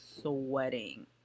sweating